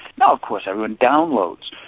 now of course i run downloads.